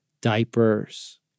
diapers